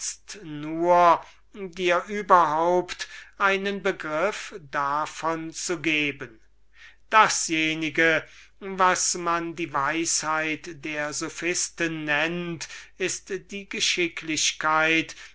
nur dir überhaupt einen begriff davon zu geben dasjenige was man die weisheit der sophisten nennt ist die geschicklichkeit